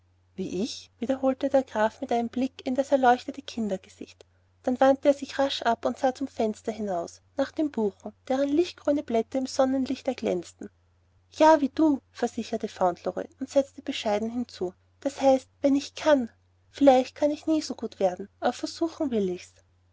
wie ich wiederholte der graf mit einem blick in das leuchtende kindergesicht dann wandte er sich rasch ab und sah zum fenster hinaus nach den buchen deren lichtgrüne blätter im sonnenlicht erglänzten ja wie du versicherte fauntleroy und setzte bescheiden hinzu das heißt wenn ich kann vielleicht kann ich nie so gut werden aber versuchen will ich's